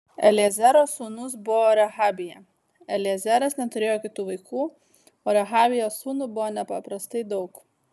eliezero sūnus buvo rehabija eliezeras neturėjo kitų vaikų o rehabijos sūnų buvo nepaprastai daug